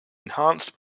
enhanced